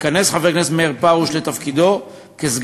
ייכנס חבר הכנסת מאיר פרוש לתפקידו כסגן